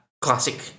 classic